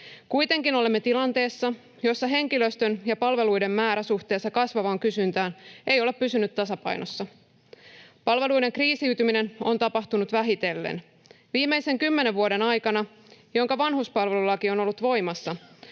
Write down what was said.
Kuitenkin olemme tilanteessa, jossa henkilöstön ja palveluiden määrä suhteessa kasvavaan kysyntään ei ole pysynyt tasapainossa. Palveluiden kriisiytyminen on tapahtunut vähitellen. Viimeisen kymmenen vuoden aikana, jonka vanhuspalvelulaki on ollut voimassa,